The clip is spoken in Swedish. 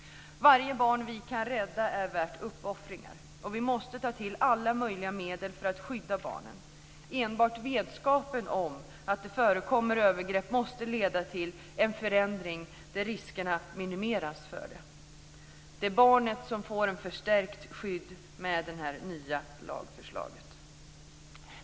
Varje barn vi kan rädda är värt uppoffringar. Vi måste ta till alla möjliga medel för att skydda barnen. Enbart vetskapen om att det förekommer övergrepp måste leda till en förändring där riskerna minimeras. Det är barnet som får ett förstärkt skydd med det nya lagförslaget.